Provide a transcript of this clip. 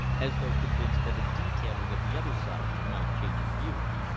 as though convinced that a detailing of the other side might change his views.